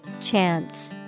Chance